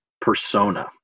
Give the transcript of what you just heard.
persona